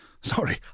Sorry